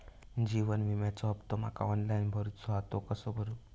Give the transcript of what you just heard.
जीवन विम्याचो हफ्तो माका ऑनलाइन भरूचो हा तो कसो भरू?